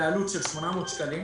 בעלות של 800 שקלים